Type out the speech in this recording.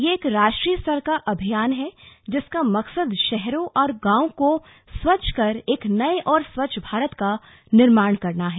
यह एक राष्ट्रीय स्तर का अभियान है जिसका मकसद शहरों और गावों को स्वच्छ कर एक नए और स्वच्छ भारत का निर्माण करना है